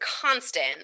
constant